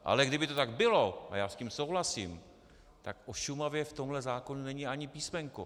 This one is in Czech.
Ale kdyby to tak bylo, a já s tím souhlasím, tak o Šumavě v tomhle zákonu není ani písmenko.